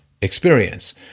experience